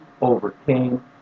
overcame